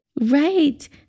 Right